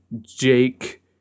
Jake